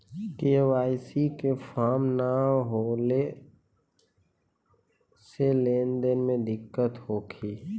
KYC के form न होले से लेन देन में दिक्कत होखी?